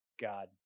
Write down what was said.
God